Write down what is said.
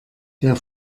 der